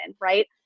right